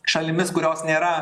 šalimis kurios nėra